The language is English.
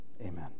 Amen